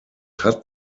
hat